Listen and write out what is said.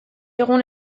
egun